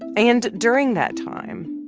and during that time,